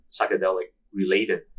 psychedelic-related